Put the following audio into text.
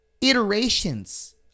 iterations